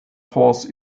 force